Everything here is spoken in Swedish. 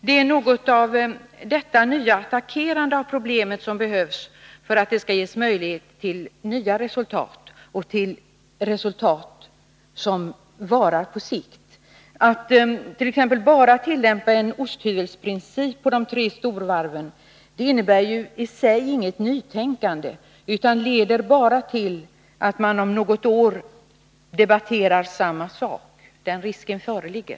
Det är något av detta nya attackerande av problemen som behövs för att det skall ges möjligheter till nya resultat och till resultat som står sig på sikt. bara tillämpa en osthyvelsprincip på de tre storvarven innebär ju på sikt inget nytänkande, utan leder bara till att vi inom något år debatterar samma sak. Den risken föreligger.